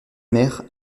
mère